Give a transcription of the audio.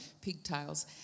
pigtails